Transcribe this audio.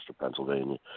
Pennsylvania